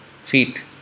feet